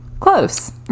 Close